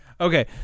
Okay